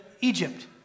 Egypt